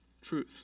truth